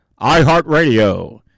iHeartRadio